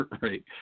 Right